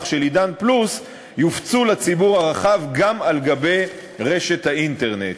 של "עידן פלוס" יופצו לציבור הרחב גם על גבי רשת האינטרנט.